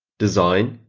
design,